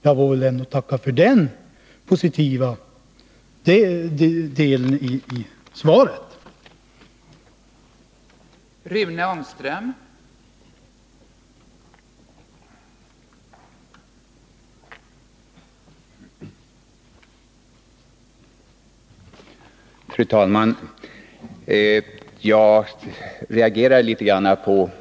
Jag får väl tacka för den positiva saken i industriministerns — län